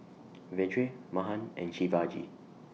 Vedre Mahan and Shivaji